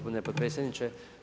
potpredsjedniče.